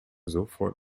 sofort